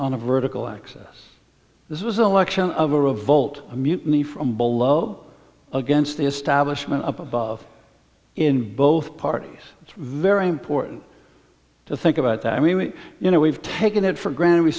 on a vertical axis this is an election of a revolt a mutiny from below against the establishment up above in both parties it's very important to think about that i mean we you know we've taken it for granted we